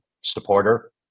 supporter